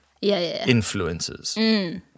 influences